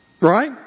Right